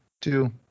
two